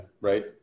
right